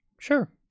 sure